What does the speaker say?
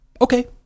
Okay